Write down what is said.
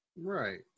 Right